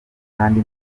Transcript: kandi